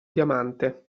diamante